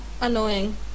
annoying